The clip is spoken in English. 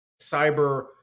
cyber